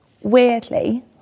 weirdly